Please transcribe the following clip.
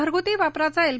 घरगुती वापरचा एल